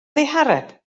ddihareb